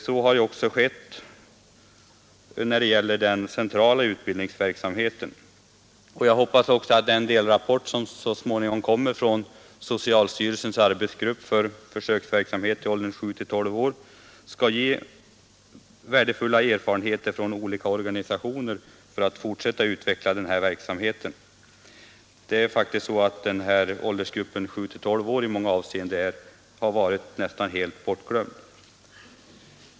Så har ju också skett när det gäller den centrala utbildningsverksamheten. Jag hoppas också att den delrapport som så småningom kommer från socialstyrelsens arbetsgrupp för försöksverksamhet för åldersgruppen 7—12 år skall ge så värdefulla erfarenheter att olika organisationer skall kunna fortsätta att utveckla denna verksamhet. Det är faktiskt så, att denna åldersgrupp i många avseenden har varit nästan helt bortglömd.